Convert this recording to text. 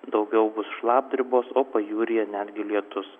daugiau bus šlapdribos o pajūryje netgi lietus